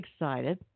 excited